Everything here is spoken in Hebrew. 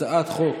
הצעת חוק